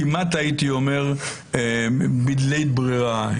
כמעט הייתי אומר בלית ברירה.